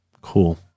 Cool